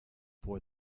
for